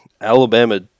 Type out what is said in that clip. Alabama